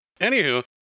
Anywho